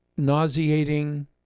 nauseating